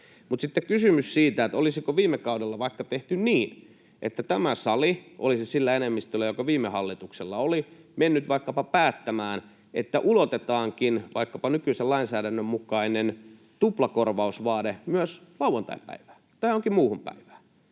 kysymys siitä, olisiko viime kaudella vaikka tehty niin, että tämä sali olisi sillä enemmistöllä, joka viime hallituksella oli, mennyt päättämään, että ulotetaankin vaikkapa nykyisen lainsäädännön mukainen tuplakorvausvaade myös lauantaipäivään tai johonkin muuhun päivään.